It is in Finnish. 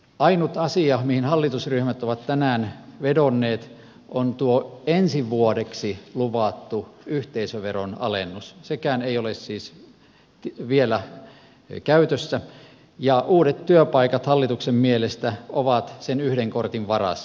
ainut asia mihin hallitusryhmät ovat tänään vedonneet on tuo ensi vuodeksi luvattu yhteisöveron alennus sekään ei ole siis vielä käytössä ja uudet työpaikat hallituksen mielestä ovat sen yhden kortin varassa